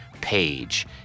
page